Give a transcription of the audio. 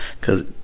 cause